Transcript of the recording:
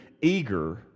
eager